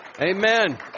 Amen